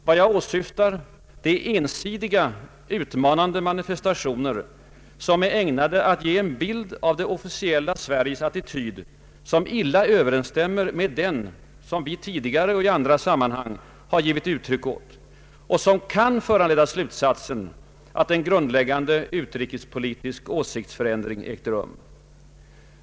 Vad jag vänder mig emot är ensidiga, utmanande manifestationer som är ägnade att ge en bild av det officiella Sveriges attityd som illa överensstämmer med den vi tidigare och i andra sammanhang givit uttryck åt och som kan föranleda slutsatsen, att en grundläggande utrikespolitisk = åsiktsförändring ägt rum.